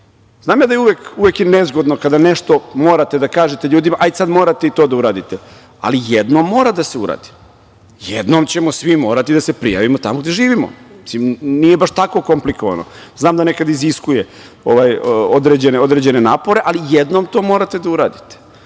da je uvek nezgodno kada nešto morate da kažete ljudima - hajde sada morate i to da uradite, ali jednom mora da se uradi, jednom ćemo svi morati da se prijavimo tamo gde živimo. Mislim, nije baš tako komplikovano. Znam da nekad iziskuje određene napore, ali jednom to morate da uradite. Hajdemo